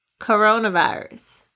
coronavirus